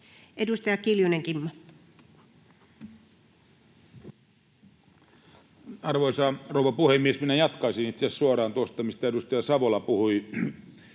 15:25 Content: Arvoisa rouva puhemies! Minä jatkaisin itse asiassa suoraan tuosta, mistä edustaja Savola puhui.